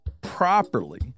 properly